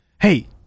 Hey